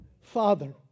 Father